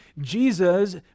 Jesus